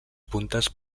puntes